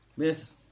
miss